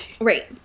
Right